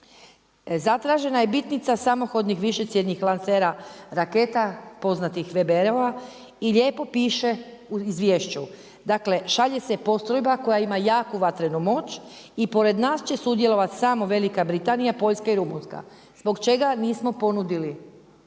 Zatražena je bitnica samohodnih višecjevnih lansera raketa poznatih WBR-ova i lijepo piše u izvješću, dakle šalje se postrojba koja ima jaku vatrenu moć i pored nas će sudjelovati samo Velika Britanija, Poljska i Rumunjska. Zbog čega nismo ponudili